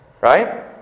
Right